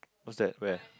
what's that where